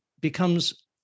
becomes